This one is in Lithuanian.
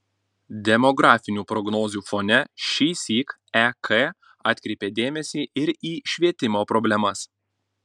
demografinių prognozių fone šįsyk ek atkreipė dėmesį ir į švietimo problemas